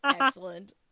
Excellent